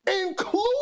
including